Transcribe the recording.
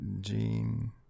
Gene